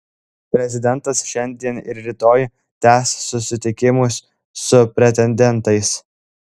prezidentas šiandien ir rytoj tęs susitikimus su pretendentais